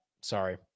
Sorry